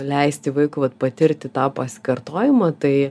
leisti vaikui vat patirti tą pasikartojimą tai